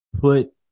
put